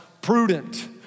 prudent